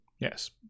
Yes